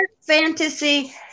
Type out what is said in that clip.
fantasy